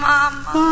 Mama